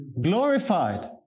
glorified